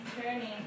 turning